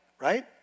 right